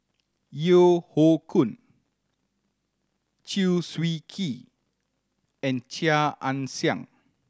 Yeo Hoe Koon Chew Swee Kee and Chia Ann Siang